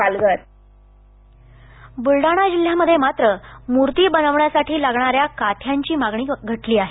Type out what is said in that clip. बलडाणा बुलडाणा जिल्ह्यामध्ये मात्र मुर्ती बनविण्यासाठी लागणाऱ्या काथ्यांची मागणी घटली आहे